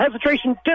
Hesitation